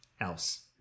else